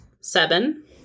Seven